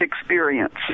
experience